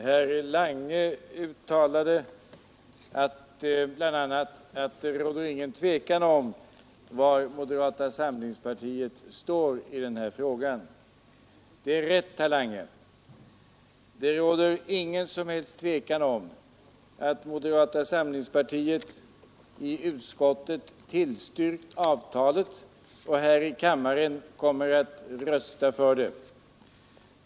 Herr talman! Herr Lange uttalade bl.a. att det råder ingen tvekan om var moderata samlingspartiet står i den här frågan. Det är rätt, herr Lange. Det råder ingen som helst tvekan om att moderata samlingspartiet i utskottet tillstyrkt avtalet och här i kammaren kommer att rösta för det.